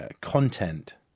content